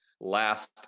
last